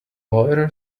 lawyer